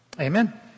Amen